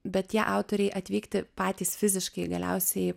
bet tie autoriai atvykti patys fiziškai galiausiai